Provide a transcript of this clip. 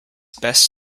best